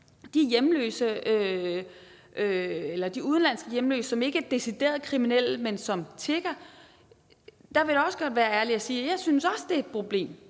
de udenlandske hjemløse, som ikke er decideret kriminelle, men som tigger, vil jeg da også godt være ærlig og sige, at jeg også synes, det er et problem,